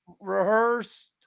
Rehearsed